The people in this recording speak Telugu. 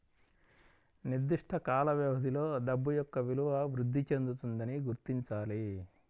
నిర్దిష్ట కాల వ్యవధిలో డబ్బు యొక్క విలువ వృద్ధి చెందుతుందని గుర్తించాలి